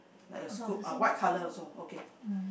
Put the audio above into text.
like a scoop uh white colour also okay